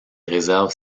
réserves